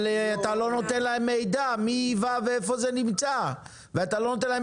אבל אתה לא נותן להם מידע מי ייבא ואיפה זה נמצא ואתה לא נותן להם